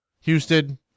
Houston